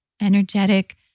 Energetic